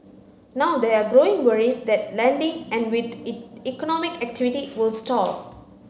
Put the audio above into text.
now there are growing worries that lending and with it economic activity will stall